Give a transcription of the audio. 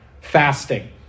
fasting